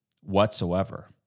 whatsoever